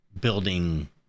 Building